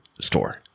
store